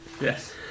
Yes